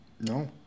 No